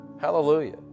Hallelujah